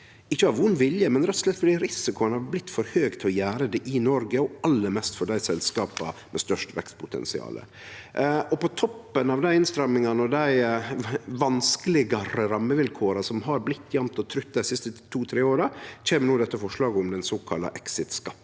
ikkje av vond vilje, men rett og slett fordi risikoen har blitt for høg til å gjere det i Noreg, og aller mest for dei selskapa med størst vekstpotensial. På toppen av dei innstrammingane og dei vanskelegare rammevilkåra som jamt og trutt har blitt dei siste to–tre åra, kjem no dette forslaget om den såkalla exitskatten.